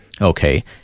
Okay